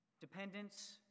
dependence